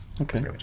Okay